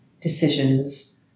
decisions